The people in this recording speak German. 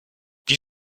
wie